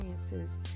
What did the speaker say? experiences